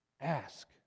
Ask